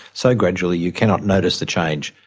so gradually you cannot notice the change.